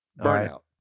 Burnout